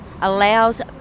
allows